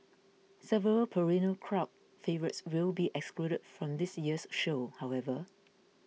several perennial crowd favourites will be excluded from this year's show however